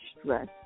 stress